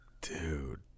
Dude